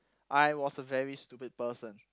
I was a very stupid person